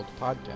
Podcast